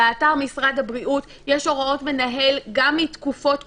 באתר משרד הבריאות יש הוראות מנהל גם מתקופות קודמות.